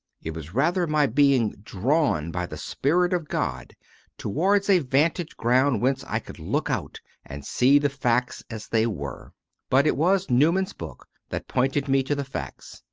it was rather my being drawn by the spirit of god towards a vantage ground whence i could look out and see the facts as they were but it was newman s book that pointed me to the facts,